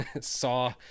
saw